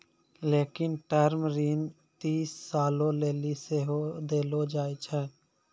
लेनिक टर्म ऋण तीस सालो लेली सेहो देलो जाय छै